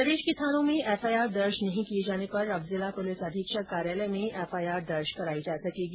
प्रदेश के थानों में एफ आई आर दर्ज नहीं किए जाने पर अब जिला पुलिस अधीक्षक कार्यालय में एफ आईआर दर्ज कराई जा सकेगी